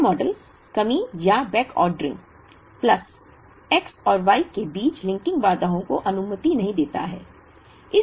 यह मॉडल कमी या बैकऑर्डरिंग प्लस X और Y के बीच लिंकिंग बाधाओं की अनुमति नहीं देता है